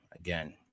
Again